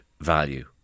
value